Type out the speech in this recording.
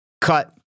cut